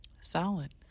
Solid